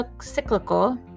cyclical